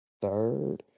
third